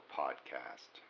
podcast